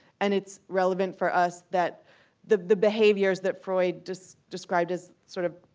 and it's relevant for us that the the behaviors that freud just described as sort of